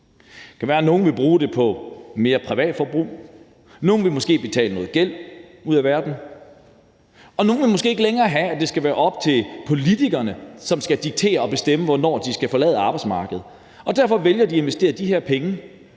nogle vil bruge det på mere privatforbrug. Nogle vil måske betale noget gæld ud af verden, og nogle vil måske ikke længere have, at det skal være op til politikerne at diktere og bestemme, hvornår de skal forlade arbejdsmarkedet, og derfor vælger de at investere de her penge